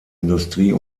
industrie